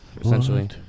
essentially